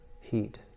heat